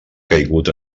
caigut